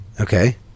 okay